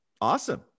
Awesome